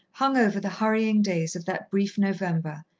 hung over the hurrying days of that brief november,